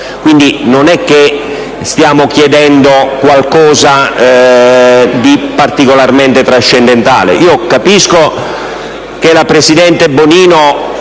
Quindi, non stiamo chiedendo qualcosa di particolarmente trascendentale.